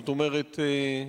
זאת אומרת,